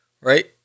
right